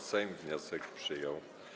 Sejm wniosek przyjął.